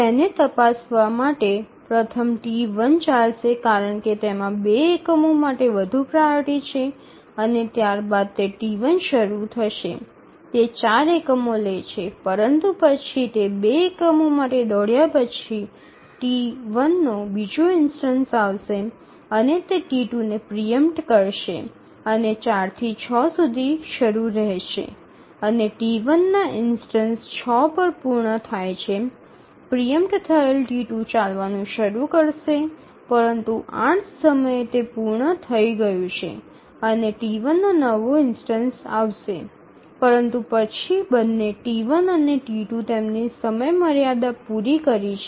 તેને તપાસવા માટે પ્રથમ T1 ચાલશે કારણ કે તેમાં ૨ એકમો માટે વધુ પ્રાઓરિટી છે અને ત્યારબાદ તે T2 શરૂ થશે તે ૪ એકમો લે છે પરંતુ પછી તે ૨ એકમો માટે દોડ્યા પછી T1 નો બીજો ઇન્સ્ટનસ આવશે અને તે T2 ને પ્રિ ઈમ્પટ કરશે અને ૪ થી ૬ સુધી શરૂ રહેશે અને T1 ના ઇન્સ્ટનસ ૬ પર પૂર્ણ થાય છે પ્રિ ઈમ્પટ થયેલ T2 ચાલવાનું શરૂ કરશે પરંતુ ૮ સમયે તે પૂર્ણ થઈ ગયું છે અને T1 નો નવો ઇન્સ્ટનસ આવશે પરંતુ પછી બંને T1 અને T2 તેમની સમયમર્યાદા પૂરી કરી છે